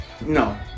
No